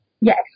Yes